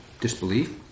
disbelief